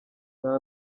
nta